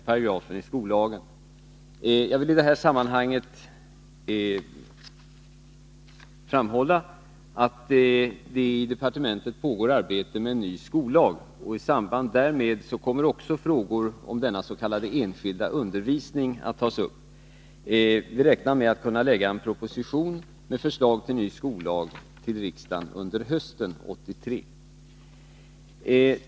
Jag vill i detta sammanhang framhålla att det i departementet pågår ett arbete med en ny skollag, och i samband därmed kommer också frågor om denna s.k. enskilda undervisning att tas upp. Vi räknar med att kunna lägga fram en proposition med förslag till ny skollag för riksdagen under hösten 1983.